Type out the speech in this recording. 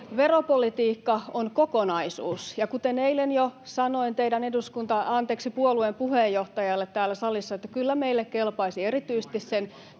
Veropolitiikka on kokonaisuus, ja kuten eilen jo sanoin teidän puolueen puheenjohtajalle täällä salissa, kyllä meille kelpaisi erityisesti sen